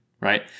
Right